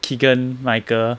keegan michael